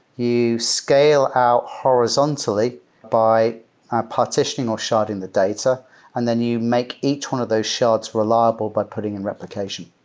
you scale-out horizontally by partitioning or sharding the data and then you make each one of those shards reliable by putting in replication.